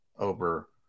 Over